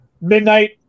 midnight